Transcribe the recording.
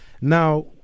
Now